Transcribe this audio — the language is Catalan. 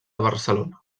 barcelona